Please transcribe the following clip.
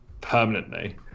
permanently